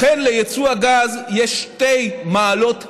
לכן, ליצוא הגז יש שתי מעלות גדולות: